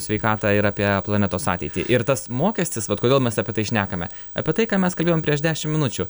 sveikatą ir apie planetos ateitį ir tas mokestis vat kodėl mes apie tai šnekame apie tai ką mes kalbėjom prieš dešim minučių